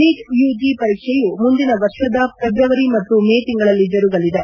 neat UG ಪರೀಕ್ಷೆಯು ಮುಂದಿನ ವರ್ಷದ ಫೆಬ್ರವರಿ ಮತ್ತು ಮೇ ತಿಂಗಳಲ್ಲಿ ಜರುಗಲಿದೆ